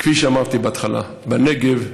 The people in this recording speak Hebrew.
כפי שאמרתי בהתחלה, בנגב,